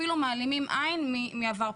אפילו מעלימים עין מעבר פלילי.